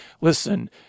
listen